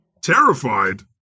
Terrified